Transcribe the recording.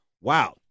wow